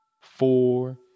four